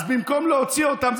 אז במקום להוציא אותם,